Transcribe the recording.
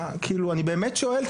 אני באמת שואל,